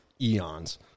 eons